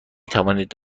توانید